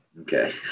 Okay